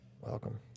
Welcome